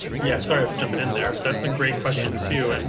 yeah, sorry for jumping in there. that's a great question too. and